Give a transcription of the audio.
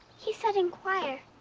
he said inquire.